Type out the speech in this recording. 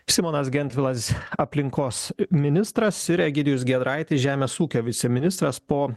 simonas gentvilas aplinkos ministras ir egidijus giedraitis žemės ūkio viceministras po